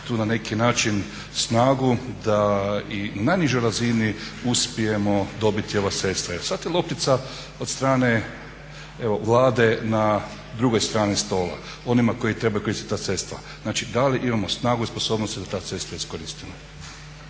tu na neki način snagu da i na najnižoj razini uspijemo dobiti ova sredstva. Sad je loptica od strane Vlade na drugoj strani stola, onima koji trebaju koristit ta sredstva. Znači da li imamo snagu i sposobnost da ta sredstva iskoristimo?